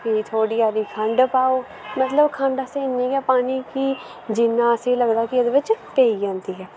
फ्ही थोह्ड़ी हारी खण्ड पाओ मतलव खण्ड असैं इन्नी गै पानी जिन्ना असें लगदा की पेई जंदी ऐ